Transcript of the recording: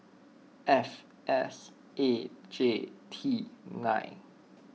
F S A J T nine